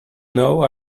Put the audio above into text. know